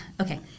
Okay